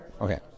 Okay